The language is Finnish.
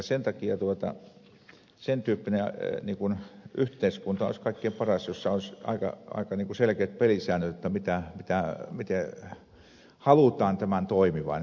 sen takia sen tyyppinen yhteiskunta olisi kaikkein paras jossa olisi aika selkeät pelisäännöt että miten halutaan tämän toimivan